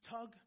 Tug